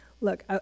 look